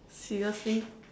seriously